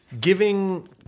giving –